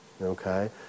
okay